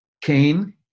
Cain